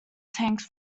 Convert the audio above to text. tanks